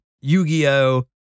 Yu-Gi-Oh